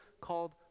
called